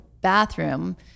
bathroom